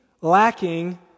lacking